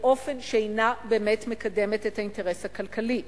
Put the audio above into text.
באופן שאינו באמת מקדם את האינטרס הכלכלי.